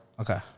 Okay